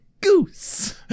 goose